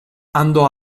andò